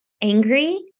angry